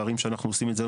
בערים שאנחנו עושים את זה,